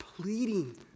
pleading